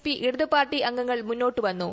P ഇടതുപാർട്ടി അംഗങ്ങൾ മുന്നോട്ടു വന്നു